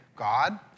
God